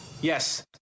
Yes